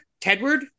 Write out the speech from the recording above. Tedward